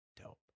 dope